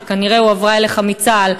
שכנראה הועברה אליך מצה"ל,